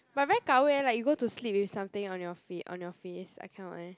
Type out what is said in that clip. but very gao wei lah you go to sleep with something on your feet on your face I cannot eh